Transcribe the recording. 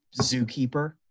zookeeper